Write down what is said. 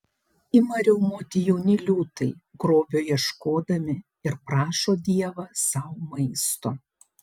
ima riaumoti jauni liūtai grobio ieškodami ir prašo dievą sau maisto